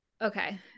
Okay